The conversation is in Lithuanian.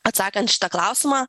atsakant šitą klausimą